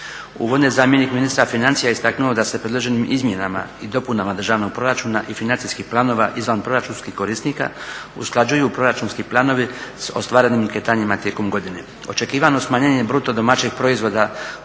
Uvodno je zamjenik ministra financija istaknuo da se predloženim izmjenama i dopunama državnog proračuna i financijskim planova izvanproračunskih korisnika usklađuju proračunski planovi s ostvarenim kretanjima tijekom godine.